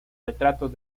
retratos